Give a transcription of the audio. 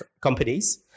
companies